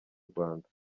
rwanda